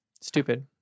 stupid